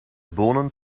bonen